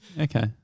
okay